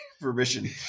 permission